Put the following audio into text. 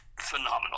phenomenal